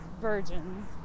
virgins